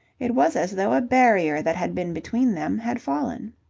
it was as though a barrier that had been between them had fallen.